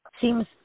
Seems